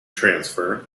transfer